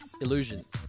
Illusions